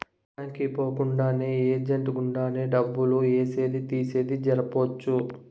bank కి పోకుండానే agent గుండానే డబ్బులు ఏసేది తీసేది జరపొచ్చు